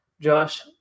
Josh